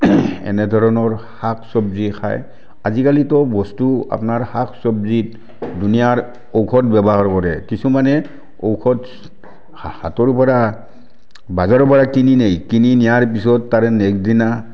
এনেধৰণৰ শাক চবজি খায় আজিকালিতো বস্তু আপোনাৰ শাক চবজিত দুনীয়াৰ ঔষধ ব্যৱহাৰ কৰে কিছুমানে ঔষধ হা হাটৰ পৰা বজাৰৰ পৰা কিনি নিয়ে কিনি নিয়াৰ পাছত তাৰে নেক্সট দিনা